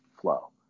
flow